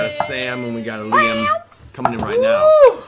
a sam, and we've got a liam coming in right now.